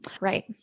right